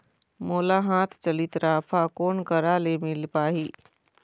मोला हाथ चलित राफा कोन करा ले मिल पाही?